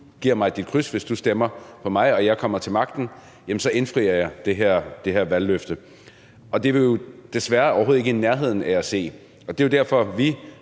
giver mig dit kryds, hvis du stemmer på mig og jeg kommer til magten, jamen så indfrier jeg det her valgløfte. Og det er vi desværre overhovedet ikke i nærheden af at se. Og det er jo derfor, at